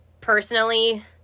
Personally